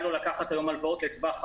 לו לקחת היום הלוואות לטווח ארוך,